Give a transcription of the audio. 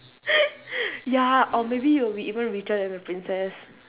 ya or maybe you would be even richer than the princess